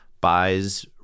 buys